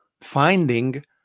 finding